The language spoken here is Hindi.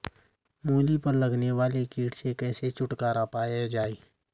मूली पर लगने वाले कीट से कैसे छुटकारा पाया जाये?